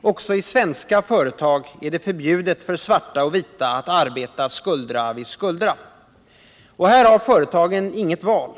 Också i svenska företag är det förbjudet för svarta och vita att arbeta skuldra vid skuldra. Och här har företagen inget val.